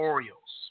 Orioles